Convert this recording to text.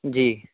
جی